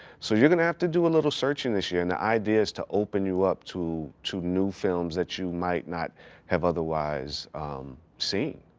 so you're gonna have to do a little searching this year. and the idea is to open you up to to new films that you might not have otherwise seen,